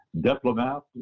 diplomat